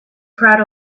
proud